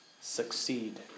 succeed